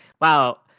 wow